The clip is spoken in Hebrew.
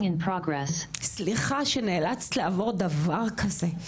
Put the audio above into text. סליחה שנאלצת לעבור דבר כזה,